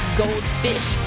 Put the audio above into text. goldfish